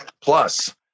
plus